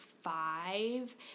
five